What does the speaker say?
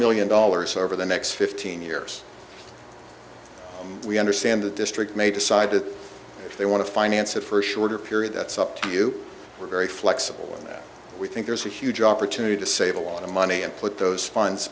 million dollars over the next fifteen years we understand the district may decide that they want to finance it for a shorter period that's up to you we're very flexible in that we think there's a huge opportunity to save a lot of money and put those funds